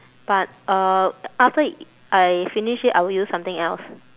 but uh after I finish it I will use something else